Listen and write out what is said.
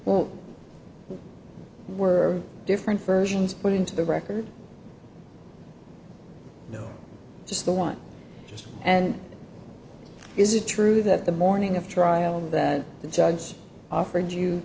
or were different versions put into the record no just the one just an is it true that the morning of trial that the judge offered you